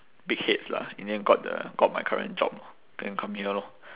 big heads lah in the end got the got my current job then come here lor